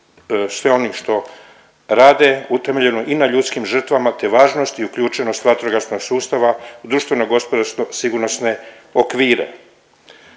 sve onim što rade utemeljeno i na ljudskim žrtvama te važnost i uključenost vatrogasnog sustava u društveno, gospodarsko, sigurnosne okvire